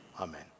Amen